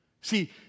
See